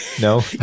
No